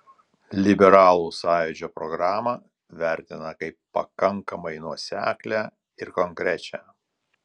liberalų sąjūdžio programą vertina kaip pakankamai nuoseklią ir konkrečią